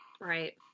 Right